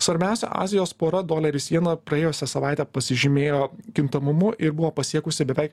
svarbiausia azijos pora doleris jena praėjusią savaitę pasižymėjo kintamumu ir buvo pasiekusi beveik